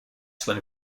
swim